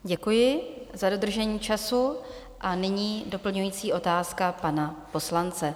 Děkuji za dodržení času a nyní doplňující otázka pana poslance.